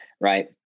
right